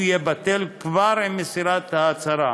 הוא יהיה בטל כבר עם מסירת ההצהרה,